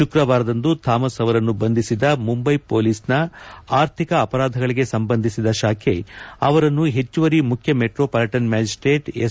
ಶುಕ್ರವಾರದಂದು ಥಾಮಸ್ ಅವರನ್ನು ಬಂಧಿಸಿದ ಮುಂಬೈ ಪೊಲೀಸ್ನ ಆರ್ಥಿಕ ಅಪರಾಧಗಳಿಗೆ ಸಂಬಂಧಿಸಿದ ಶಾಖೆ ಅವರನ್ನು ಹೆಚ್ಚುವರಿ ಮುಖ್ಯ ಮೆಟ್ರೋ ಪಾಲಿಟನ್ ಮ್ನಾಜಿಸ್ಲೇಟ್ ಎಸ್